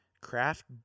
Craft